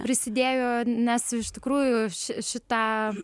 prisidėjo nes iš tikrųjų šita